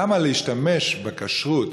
למה להשתמש בכשרות